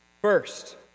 First